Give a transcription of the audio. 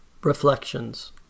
Reflections